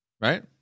right